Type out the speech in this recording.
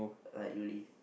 uh uni